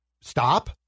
stop